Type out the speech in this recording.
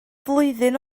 flwyddyn